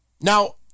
Now